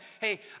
hey